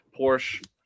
porsche